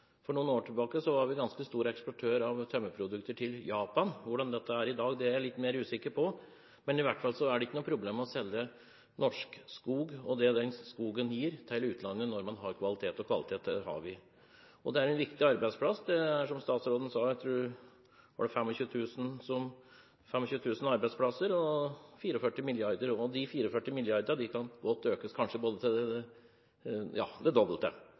For noen år tilbake var vi en ganske stor eksportør av tømmerprodukter til Japan. Hvordan dette er i dag, er jeg litt mer usikker på. Det er i hvert fall ikke noe problem å selge norsk skog og det skogen gir, til utlandet når man har kvalitet. Og kvalitet har vi. Skogen er en viktig arbeidsplass. Den har, som statsråden sa, 25 000 arbeidsplasser, og den gir 44 mrd. kr. De 44 milliardene kan godt økes, kanskje til det dobbelte.